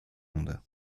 monde